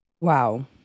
Wow